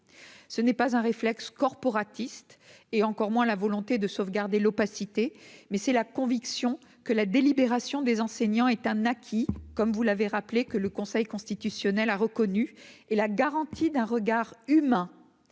ce n'est pas un réflexe corporatiste et encore moins la volonté de sauvegarder l'opacité, mais c'est la conviction que la délibération des enseignants est un acquis, comme vous l'avez rappelé que le Conseil constitutionnel a reconnu et la garantie d'un regard humain